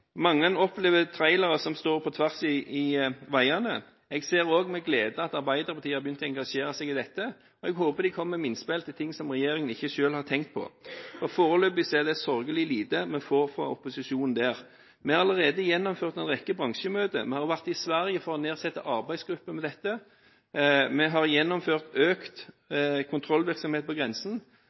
Mange opplever trailere som står på tvers på veiene. Jeg ser også med glede at Arbeiderpartiet har begynt å engasjere seg i dette, og jeg håper de kommer med innspill til ting som regjeringen selv ikke har tenkt på. Foreløpig er det sørgelig lite vi får fra opposisjonen der. Vi har allerede gjennomført en rekke bransjemøter, vi har vært i Sverige for å nedsette en arbeidsgruppe om dette, vi har gjennomført økt kontrollvirksomhet på grensen